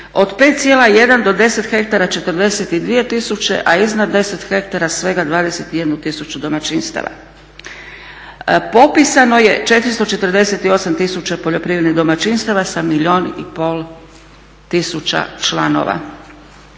Od 5,1 do 10 hektara 42 tisuće a iznad 10 hektara svega 21 tisuću domaćinstava. Popisano je 448 tisuća poljoprivrednih domaćinstava sa milijun i pol tisuća članova.